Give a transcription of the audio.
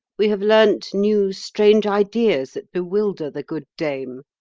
we have learnt new, strange ideas that bewilder the good dame.